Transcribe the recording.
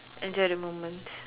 enjoy the moment